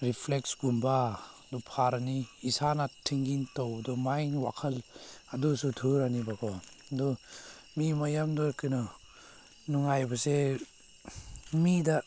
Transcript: ꯔꯤꯐ꯭ꯂꯦꯛꯁꯀꯨꯝꯕ ꯑꯗꯨ ꯐꯔꯅꯤ ꯏꯁꯥꯅ ꯊꯤꯡꯀꯤꯡ ꯇꯧꯕꯗꯣ ꯃꯥꯏꯟ ꯋꯥꯈꯜ ꯑꯗꯨꯁꯨ ꯊꯨꯔꯅꯤꯕꯀꯣ ꯑꯗꯨ ꯃꯤ ꯃꯌꯥꯝꯗꯨ ꯀꯩꯅꯣ ꯅꯨꯡꯉꯥꯏꯕꯁꯦ ꯃꯤꯗ